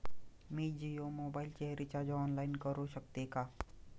मी जियो मोबाइलचे recharge online करू शकते का?